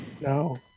No